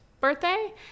birthday